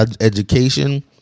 education